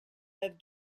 have